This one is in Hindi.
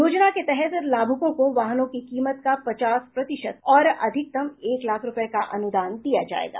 योजना के तहत लाभुकों को वाहनों की कीमत का पचास प्रतिशत और अधिकतम एक लाख रूपये का अनुदान दिया जायेगा